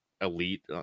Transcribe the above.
elite